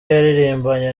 yaririmbanye